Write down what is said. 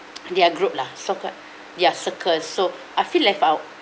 their group lah so called ya circle so I feel left out